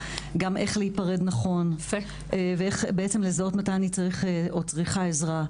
גם איך להיפרד נכון ואיך לזהות מתי אני צריך או צריכה עזרה.